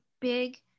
big